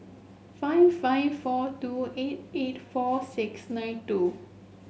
five five four two eight eight four six nine two